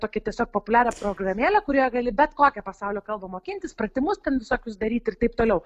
tokią tiesiog populiarią programėlę kurioje gali bet kokią pasaulio kalbą mokintis pratimus ten visokius daryti ir taip toliau